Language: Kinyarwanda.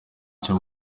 cyo